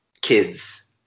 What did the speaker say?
Kids